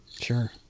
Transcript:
Sure